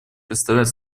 представляет